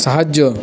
সাহায্য